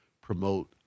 promote